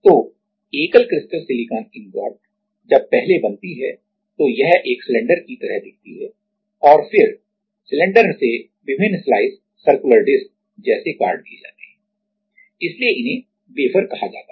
तो एकल crystal silicon ingot जब पहले बनती है तो यह एक सिलेंडर की तरह दिखती है और फिर सिलेंडर से विभिन्न slice circular disk circular disk जैसे काट दिए जाते हैं इसलिए इन्हें वेफर कहा जाता है